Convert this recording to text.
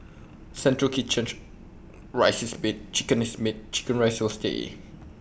central kitchen rice is made chicken is made Chicken Rice will stay